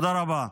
תודה רבה.